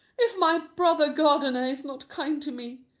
if my brother gardiner is not kind to me,